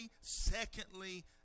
secondly